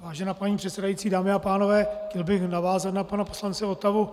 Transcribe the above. Vážená paní předsedající, dámy a pánové, chtěl bych navázat na pana poslance Votavu.